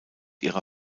ihrer